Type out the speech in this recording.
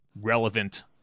relevant